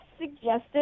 suggested